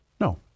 No